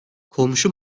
komşu